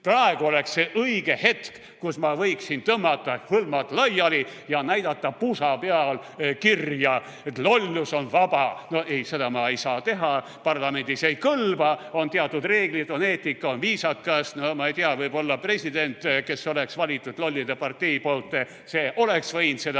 Praegu oleks see õige hetk, kus ma võiksin tõmmata hõlmad laiali ja näidata pusa peal kirja, et lollus on vaba. Ei, seda ma ei saa teha, parlamendis ei kõlba, on teatud reeglid, on eetika, on viisakus. No ma ei tea, võib-olla president, keda oleks valinud lollide partei, oleks võinud seda